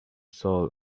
soul